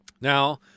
Now